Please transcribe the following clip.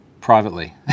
privately